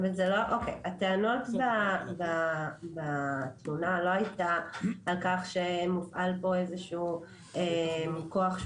הטענות בתלונה לא היו על כך שמופעל פה איזשהו כוח,